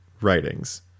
writings